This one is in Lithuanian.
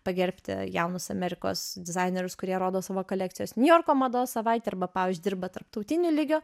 pagerbti jaunus amerikos dizainerius kurie rodo savo kolekcijas niujorko mados savaitę arba pavyzdžiui dirba tarptautiniu lygiu